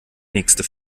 nächste